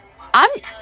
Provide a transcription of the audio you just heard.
I'm-